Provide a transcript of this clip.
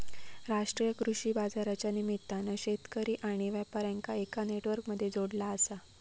राष्ट्रीय कृषि बाजारच्या निमित्तान शेतकरी आणि व्यापार्यांका एका नेटवर्क मध्ये जोडला आसा